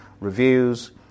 reviews